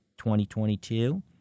2022